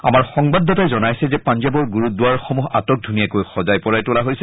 আমাৰ সংবাদদাতাই জনাইছে যে পাঞ্জাৱৰ গুৰুদ্বাৰসমূহ আটকধুনীয়াকৈ সজাই পৰাই তোলা হৈছে